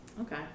okay